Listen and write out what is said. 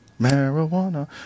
Marijuana